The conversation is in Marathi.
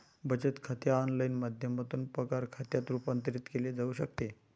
बचत खाते ऑनलाइन माध्यमातून पगार खात्यात रूपांतरित केले जाऊ शकते